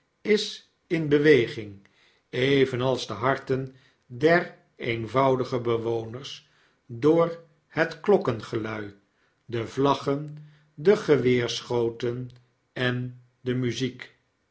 is in beweging evenals de harten der eenvoudige bewoners door het klokkengelui de vlaggen de geweerschoten en de muziek